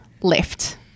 left